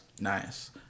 Nice